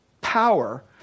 power